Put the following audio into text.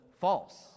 false